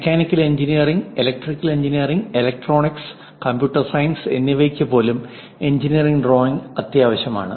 mechanical engineering electrical engineering electronics computer science എന്നിവയ്ക്ക് പോലും engineering drawing അത്യാവശ്യമാണ്